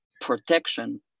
protection